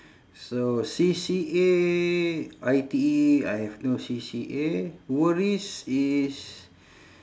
so C_C_A I_T_E I have no C_C_A worries is